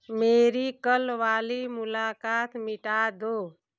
मेरी कल वाली मुलाक़ात मिटा दो